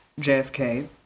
JFK